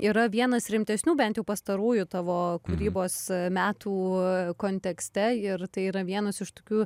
yra vienas rimtesnių bent jau pastarųjų tavo kūrybos metų kontekste ir tai yra vienas iš tokių